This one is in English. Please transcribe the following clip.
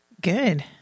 Good